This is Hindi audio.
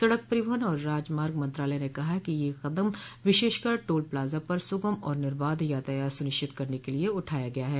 सड़क परिवहन और राजमार्ग मंत्रालय ने कहा है कि यह कदम विशेषकर टोल प्लाजा पर सुगम और निर्बाध यातायात सुनिश्चित करने के लिए उठाया गया है